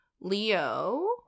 leo